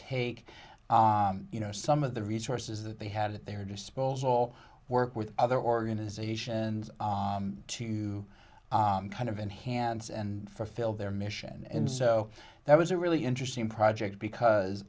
take you know some of the resources that they had at their disposal work with other organizations to kind of enhance and fulfill their mission and so that was a really interesting project because